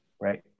right